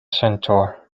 centaur